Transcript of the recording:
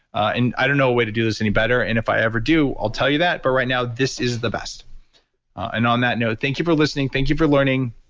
and i don't know a way to do this any better and if i ever do i'll tell you that, but right now this is the best and on that note, thank you for listening. thank you for learning.